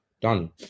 done